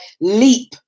leap